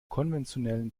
konventionellen